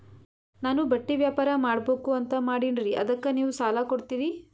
ನಾನು ಬಟ್ಟಿ ವ್ಯಾಪಾರ್ ಮಾಡಬಕು ಅಂತ ಮಾಡಿನ್ರಿ ಅದಕ್ಕ ನೀವು ಸಾಲ ಕೊಡ್ತೀರಿ?